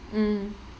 mm